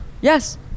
yes